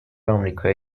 آمریکای